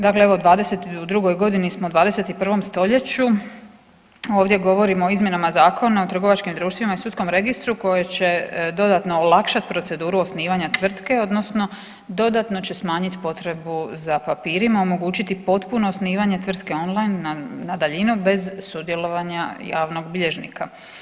Dakle, evo u '22.godini smo u 21.stoljeću ovdje govorimo o izmjenama Zakona o trgovačkim društvima i Sudskom registru koje će dodatno olakšat proceduru osnivanja tvrtke odnosno dodatno će smanjit potrebu za papirima, omogućiti potpuno osnivanje tvrtke on line na daljinu bez sudjelovanja javnog bilježnika.